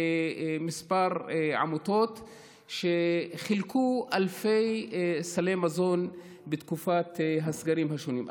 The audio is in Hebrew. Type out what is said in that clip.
לכמה עמותות שחילקו אלפי סלי מזון בתקופת הסגרים השונים,